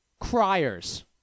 criers